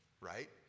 right